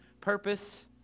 purpose